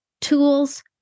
tools